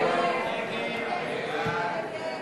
ההסתייגות של קבוצת סיעת המחנה הציוני